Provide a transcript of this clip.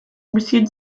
received